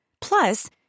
Plus